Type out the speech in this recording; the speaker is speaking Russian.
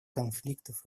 конфликтов